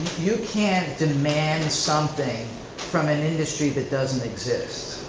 you can't demand something from an industry that doesn't exist.